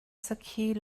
sakhi